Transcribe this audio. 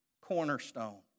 cornerstone